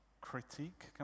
critique